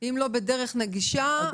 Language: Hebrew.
אם לא בדרך נגישה,